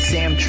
Sam